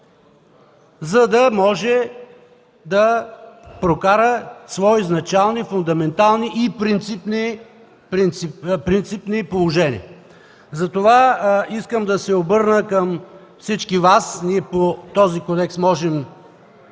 за да може да прокара свои изначални, фундаментални и принципни положения. Искам да се обърна към всички Вас. По този кодекс може